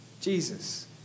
Jesus